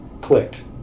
clicked